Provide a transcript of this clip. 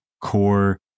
core